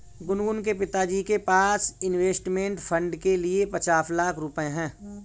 गुनगुन के पिताजी के पास इंवेस्टमेंट फ़ंड के लिए पचास लाख रुपए है